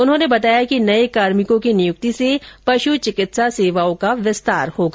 उन्होंने बताया कि नए कार्मिकों की नियुक्ति से पशु चिकित्सा सेवाओं का विस्तार होगा